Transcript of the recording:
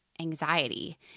anxiety